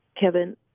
Kevin